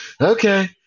Okay